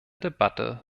debatte